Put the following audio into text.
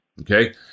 okay